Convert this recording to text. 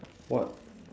what